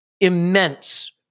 immense